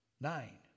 Nine